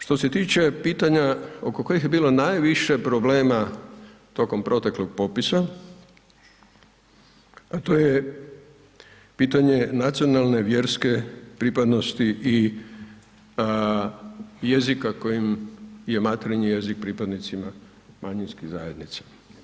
Što se tiče pitanja oko kojih je bilo najviše problema tokom proteklog popisa a to je pitanje nacionalne, vjerske pripadnosti i jezika kojim je materinji jezik pripadnicima manjinskih zajednica.